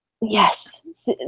yes